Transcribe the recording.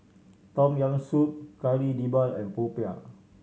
Tom Yam Soup Kari Debal and popiah